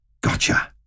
Gotcha